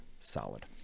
solid